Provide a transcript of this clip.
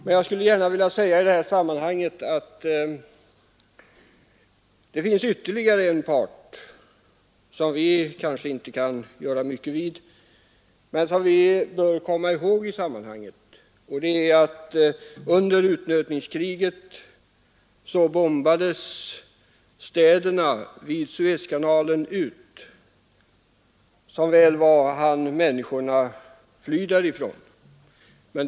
Men jag skulle gärna vilja säga i detta sammanhang att det finns ytterligare en part som vi kanske inte kan göra mycket åt, men som vi bör komma ihåg. Under utnötningskriget bombades städerna vid Suezkanalen ut. Som väl var hann människorna fly därifrån före bombningarna.